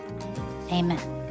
amen